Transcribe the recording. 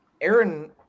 Aaron